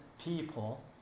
people